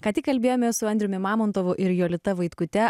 ką tik kalbėjomės su andriumi mamontovu ir jolita vaitkute